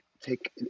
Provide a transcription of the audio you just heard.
take